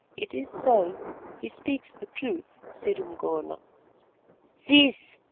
it is so he speaks the truth, said umgona. cease,